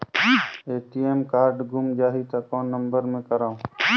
ATM card गुम जाही त कौन नम्बर मे करव?